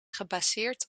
gebaseerd